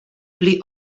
pli